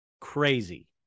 crazy